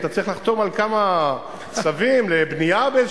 אם תצליח לחתום על כמה צווים לבנייה באיזה